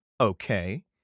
Okay